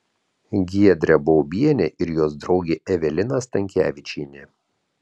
giedrė baubienė ir jos draugė evelina stankevičienė